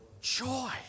Joy